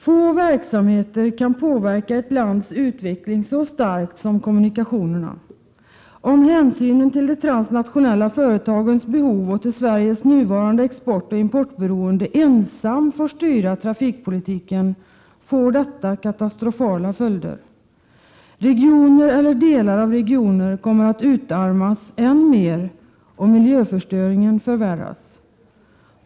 Få verksamheter kan påverka ett lands utveckling så starkt som kommunikationerna. Om hänsynen till de transnationella företagens behov och till Sveriges nuvarande exportoch importberoende ensamt får styra trafikpolitiken får detta katastrofala följder. Regioner eller delar av regioner kommer att utarmas än mer och miljöförstöringen kommer att förvärras.